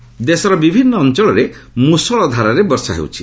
rains ଦେଶର ବିଭିନ୍ନ ଅଞ୍ଚଳରେ ମୁଷଳ ଧାରାରେ ବର୍ଷା ହେଉଛି